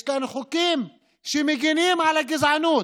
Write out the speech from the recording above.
יש לנו חוקים שמגינים על הגזענות,